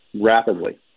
rapidly